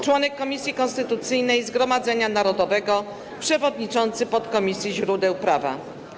Członek Komisji Konstytucyjnej Zgromadzenia Narodowego, przewodniczący podkomisji źródeł prawa.